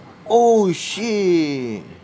oh shit